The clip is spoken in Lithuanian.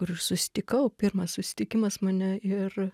kur ir susitikau pirmas susitikimas mane ir